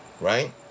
Right